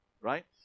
right